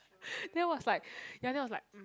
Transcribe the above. then was like ya then was like mm